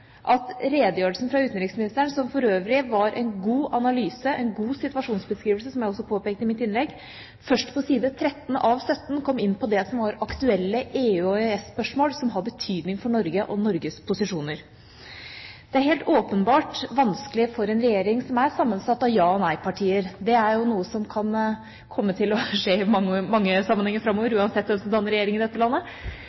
at redegjørelsen fra utenriksministeren, som for øvrig var en god analyse, en god situasjonsbeskrivelse, som jeg også påpekte i mitt innlegg, først på side 13, av 17 sider, kom inn på det som var aktuelle EU- og EØS-spørsmål, som har betydning for Norge og Norges posisjoner. Det er helt åpenbart vanskelig for en regjering som er sammensatt av ja-partier og nei-partier – det er jo noe som kan komme til å skje i mange sammenhenger framover,